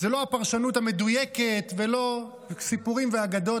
זו לא הפרשנות המדויקת, ולא, סיפורים ואגדות.